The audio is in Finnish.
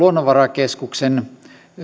luonnonvarakeskuksen